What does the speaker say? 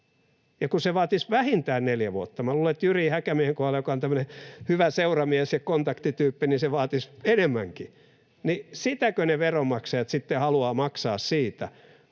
ja se vaatisi vähintään neljä vuotta — minä luulen, että Jyri Häkämiehen kohdalla, joka on tämmöinen hyvä seuramies ja kontaktityyppi, se vaatisi enemmänkin — niin sitäkö ne veronmaksajat sitten haluavat, maksaa siitä,